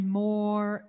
more